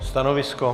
Stanovisko?